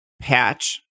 patch